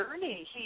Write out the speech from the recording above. journey